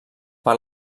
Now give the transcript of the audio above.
per